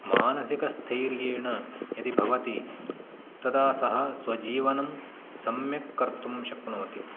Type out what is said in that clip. मानसिकस्थैर्येण यदि भवति तदा सः स्वजीवनं सम्यक् कर्तुं शक्नोति